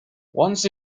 once